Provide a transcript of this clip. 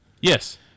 Yes